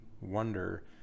wonder